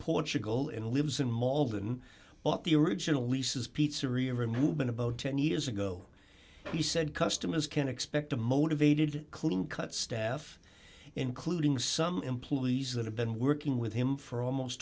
portugal and lives in malden bought the original leases pizzeria removing about ten years ago he said customers can expect a motivated clean cut staff including some employees that have been working with him for almost